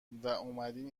واومدین